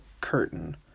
curtain